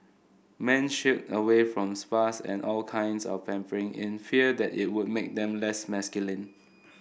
men shied away from spas and all kinds of pampering in fear that it would make them less masculine